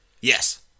Yes